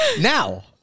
Now